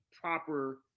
proper